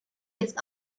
jetzt